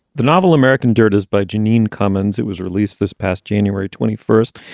the novel american dirties by janine cumins it was released this past january twenty first.